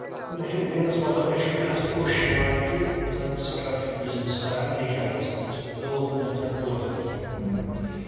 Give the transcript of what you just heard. مےٚ چھُ وُنکیٚنس مطلب مےٚ چھُ وُنکیٚنس تہِ اوٚش یِوان کہِ ییٚمہِ ساتہٕ بہٕ سِٹارٹ چھُس بِزِنٮ۪س کران مےٚ کیاہ اوس تَمہِ ساتہٕ مےٚ اوس نہٕ تمہِ ساتہٕ ٹوٹل کِہیٖنۍ